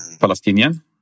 Palestinian